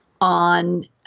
on